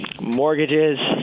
Mortgages